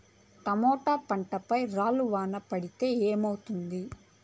Tomato పంట పై రాళ్లు వాన పడితే ఏమవుతుంది?